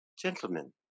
Gentlemen